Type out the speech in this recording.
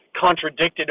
contradicted